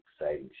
exciting